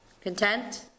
Content